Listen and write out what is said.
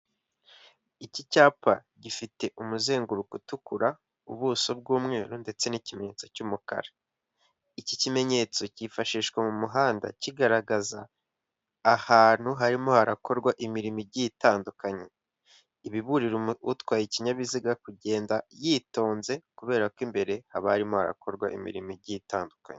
Iki cyapa gifite umuzenguruko utukura, ubuso bw'umweru, ndetse n'ikimenyetso cy'umukara. Iki kimenyetso cyifashishwa mu muhanda kigaragaza ahantu harimo harakorwa imirimo igiye itandukanye. Iba iburira utwaye ikinyabiziga kugenda yitonze, kubera ko imbere haba harimo harakorwa imirimo igiye itandukanye.